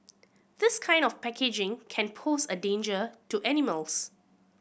this kind of packaging can pose a danger to animals